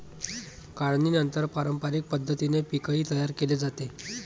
काढणीनंतर पारंपरिक पद्धतीने पीकही तयार केले जाते